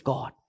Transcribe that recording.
God